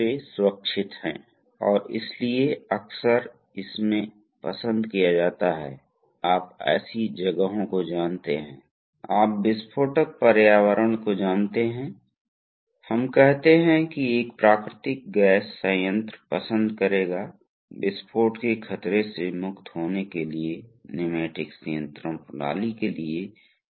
क्योंकि आप यहां दबाव बना रहे हैं तो आप इस पर जोर दे रहे हैं इसलिए आप इसे नीचे धकेल रहे हैं आप इसे नीचे धकेल रहे हैं इसलिए पंप हो सकता है पंप टैंक में बहायेगा यह टैंक में बह जाएगा अब आप कर सकते हैं आप कर सकते हैं दबाव की एक निश्चित राशि को लागू करके आप दबाव के स्तर को तय कर सकते हैं जिस पर यह टैंक के लिए निकल जाएगा